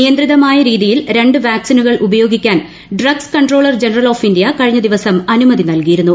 നിയന്ത്രിതമായ രീതിയിൽ രണ്ട് വാക്സിനുകൾ ഉപയോഗിക്കാൻ drugs controller general of India കഴിഞ്ഞദിവസം ആൻുമതി നൽകിയിരുന്നു